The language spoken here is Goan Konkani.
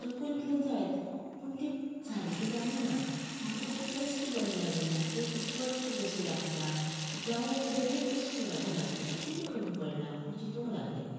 पूण चुकून कितें जायत पूण ती सारकी जावूना म्हाका ताजो टेस्टय बरो लागलना एक कितें पचकी कशी लागता जावं एक वेगळींच अशीं लागों लागली हेतूंत कितें कमी पडला हांव चितूंक लागले